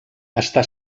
està